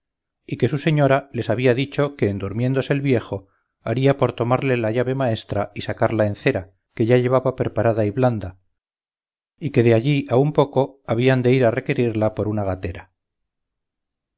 y que su señora les había dicho que en durmiéndose el viejo haría por tomarle la llave maestra y sacarla en cera que ya llevaba preparada y blanda y que de allí a un poco habían de ir a requerirla por una gatera